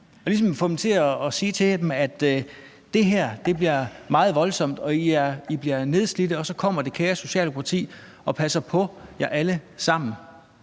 ligesom sige til dem: Det her bliver meget voldsomt; I bliver nedslidt, og så kommer det kære Socialdemokrati og passer på jer alle sammen.